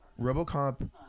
RoboCop